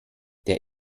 der